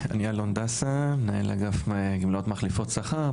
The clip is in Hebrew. אני מנהל אגף גמלאות מחליפות שכר,